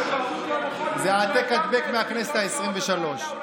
זה העתק-הדבק מהכנסת העשרים-ושלוש.